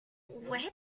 where